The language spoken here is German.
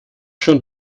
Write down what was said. schon